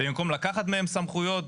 ובמקום לקחת מהם סמכויות